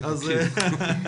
אני מקשיב.